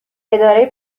اداره